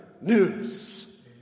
news